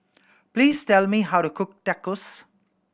please tell me how to cook Tacos